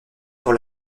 pour